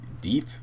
deep